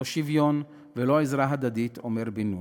לא שוויון ולא עזרה הדדית" אומר בן נון.